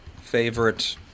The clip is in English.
favorite